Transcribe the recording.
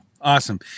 Awesome